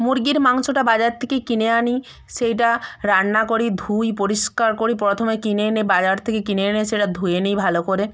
মুরগির মাংসটা বাজার থেকে কিনে আনি সেইটা রান্না করি ধুই পরিষ্কার করি প্রথমে কিনে এনে বাজার থেকে কিনে এনে সেটা ধুয়ে নিই ভালো করে